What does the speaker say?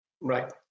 Right